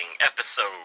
episode